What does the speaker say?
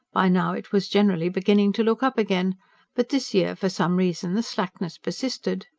by now it was generally beginning to look up again but this year, for some reason, the slackness persisted.